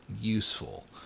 useful